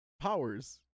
powers